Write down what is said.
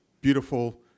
beautiful